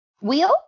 Wheel